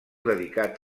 dedicat